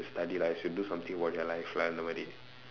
study lah you should do something about your life lah அந்த மாதிரி:andtha maathiri